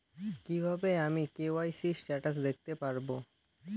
কিভাবে আমি KYC status দেখতে পারবো?